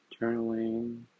Journaling